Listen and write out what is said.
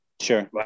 Sure